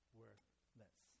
worthless